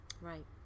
Right